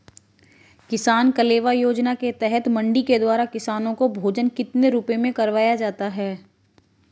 किसान कलेवा योजना के तहत मंडी के द्वारा किसान को भोजन कितने रुपए में करवाया जाता है?